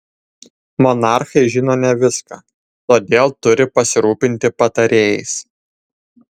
monarchai žino ne viską todėl turi pasirūpinti patarėjais